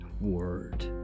word